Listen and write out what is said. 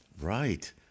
Right